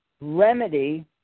remedy